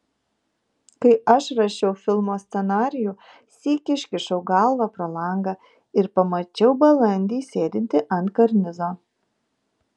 kai aš rašiau filmo scenarijų sykį iškišau galvą pro langą ir pamačiau balandį sėdintį ant karnizo